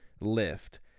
lift